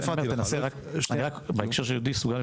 בהקשר של יהודי סוג ',